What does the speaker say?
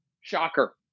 Shocker